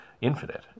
infinite